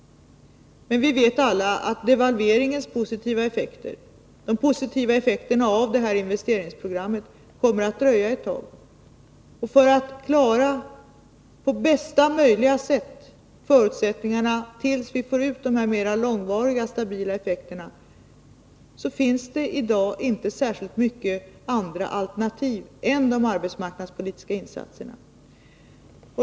Men vi vet alla att devalveringens positiva effekter och de positiva effekterna av investeringsprogrammet kommer att dröja ett tag. För att på bästa möjliga sätt klara förutsättningarna tills vi får de mer långsiktiga, stabila effekterna finns det inte särskilt många andra alternativ än de arbetsmarknadspolitiska insatserna.